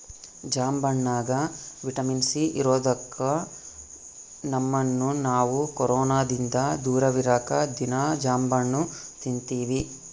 ಜಾಂಬಣ್ಣಗ vitamin C ಇರದೊಕ್ಕ ನಮ್ಮನ್ನು ನಾವು ಕೊರೊನದಿಂದ ದೂರವಿರಕ ದೀನಾ ಜಾಂಬಣ್ಣು ತಿನ್ತಿವಿ